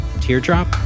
Teardrop